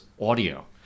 audio